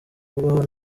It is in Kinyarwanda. kubaho